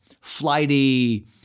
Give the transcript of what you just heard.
flighty